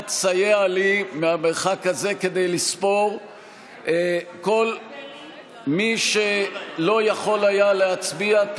אתה תסייע לי מהמרחק הזה כדי לספור כל מי שלא יכול היה להצביע.